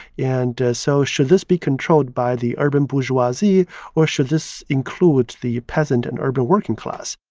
and so, should this be controlled by the urban bourgeoisie or should this include the peasant and urban working class?